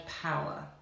power